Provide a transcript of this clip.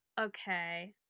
okay